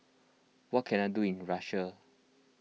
what can I do in Russia